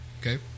Okay